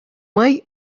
май